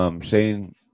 Shane